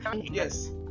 yes